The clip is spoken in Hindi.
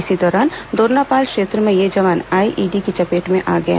इसी दौरान दोरनापाल क्षेत्र में ये जवान आईईडी की चपेट में आ गए